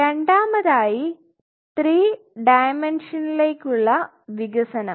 രണ്ടാമതായി 3 ഡയമെൻഷൻലേക്കുള്ള വികസനം